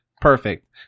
Perfect